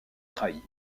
trahit